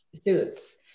suits